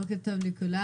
בוקר טוב לכולם.